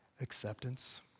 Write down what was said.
Acceptance